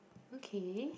okay